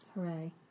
Hooray